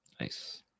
Nice